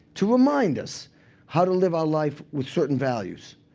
to remind us how to live our life with certain values.